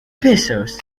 pesos